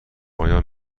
آیا